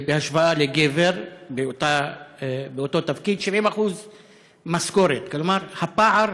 בהשוואה לגבר, באותו תפקיד 70% משכורת, כלומר הפער